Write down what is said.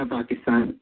Pakistan